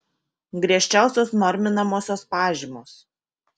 griežčiausios norminamosios pažymos